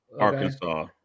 Arkansas